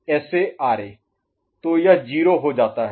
तो यह 0 हो जाता है